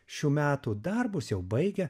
šių metų darbus jau baigia